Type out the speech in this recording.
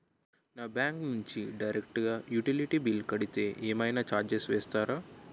నా బ్యాంక్ నుంచి డైరెక్ట్ గా యుటిలిటీ బిల్ కడితే ఏమైనా చార్జెస్ వేస్తారా?